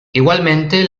igualmente